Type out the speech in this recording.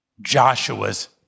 Joshua's